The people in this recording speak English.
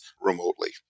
remotely